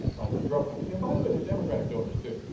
ah like the drug companies, and by the way they are democratic donors too.